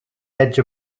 edge